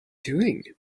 doing